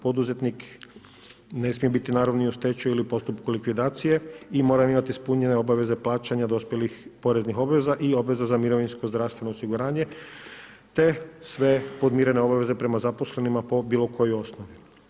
Poduzetnik ne smije biti naravno niti u stečaju ili postupku likvidacije i mora imati ispunjene obaveze plaćanja dospjelih poreznih obveza i obveza za mirovinsko i zdravstveno osiguranje te sve podmirene obaveze prema zaposlenima po bilokojoj osnovi.